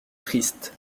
triste